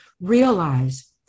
realize